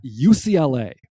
UCLA